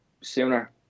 sooner